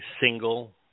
single